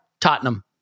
Tottenham